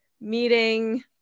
meeting